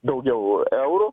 daugiau eurų